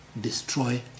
destroy